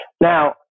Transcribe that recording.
Now